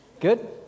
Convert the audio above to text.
Good